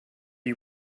you